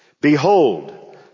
Behold